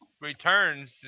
Returns